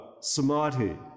samadhi